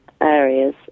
areas